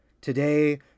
Today